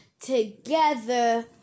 Together